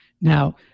Now